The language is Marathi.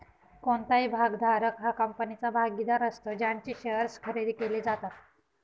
कोणताही भागधारक हा कंपनीचा भागीदार असतो ज्यांचे शेअर्स खरेदी केले जातात